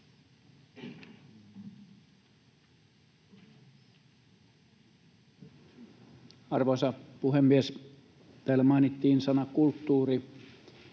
Arvoisa puhemies! Täällä mainittiin sana ”kulttuuri”.